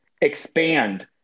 expand